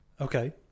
Okay